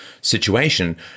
situation